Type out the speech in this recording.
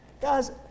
Guys